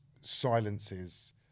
silences